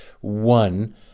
one